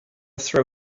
throw